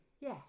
Yes